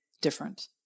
different